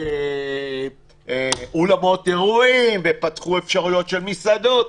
פתחו אולמות אירועים ופתחו אפשרויות של מסעדות.